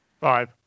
five